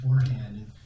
beforehand